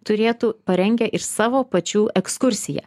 turėtų parengę iš savo pačių ekskursiją